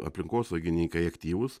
aplinkosaugininkai aktyvūs